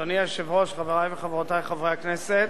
אדוני היושב-ראש, חברי וחברותי חברי הכנסת,